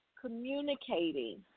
communicating